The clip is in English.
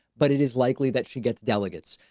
but it is likely that she gets delegates.